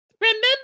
remember